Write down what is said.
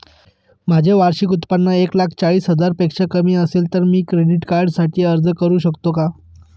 माझे वार्षिक उत्त्पन्न एक लाख चाळीस हजार पेक्षा कमी असेल तर मी क्रेडिट कार्डसाठी अर्ज करु शकतो का?